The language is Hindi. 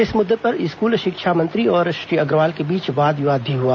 इस मुद्दे पर स्कूल शिक्षामंत्री और श्री अग्रवाल के बीच वाद विवाद भी हुआ